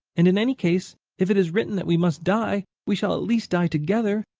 and in any case, if it is written that we must die, we shall at least die together.